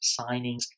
signings